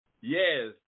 Yes